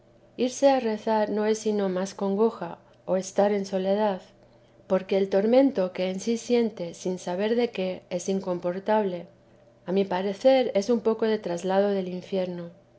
irse a rezar no es sino más congoja o estar en soledad porque el tormento que en sí siente sin saber de qué es incomportable a mi parecer es un poco de traslado del infierno